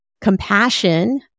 compassion